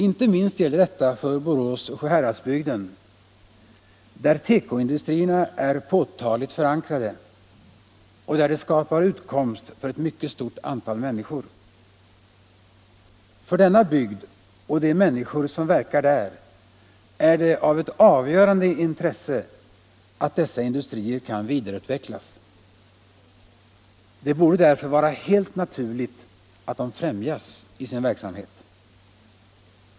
Inte minst gäller detta för Boråsoch Sjuhäradsbygden, där teko-industrierna är påtagligt förankrade och där de skapar utkomst för ett mycket stort antal människor. För denna bygd och de människor som verkar där är det av ett avgörande intresse att dessa industrier kan vidareutvecklas. Det borde därför vara helt naturligt att de främjas i sin verksamhet.